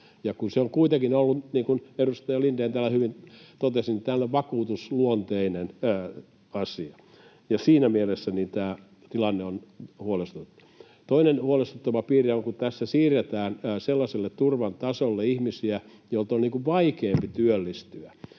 se on kuitenkin ollut, niin kuin edustaja Lindén täällä hyvin totesi, tällainen vakuutusluonteinen asia. Siinä mielessä tämä tilanne on huolestuttava. Toinen huolestuttava piirre on se, kun tässä siirretään ihmisiä sellaiselle turvan tasolle, jolta on vaikeampi työllistyä.